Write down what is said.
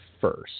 first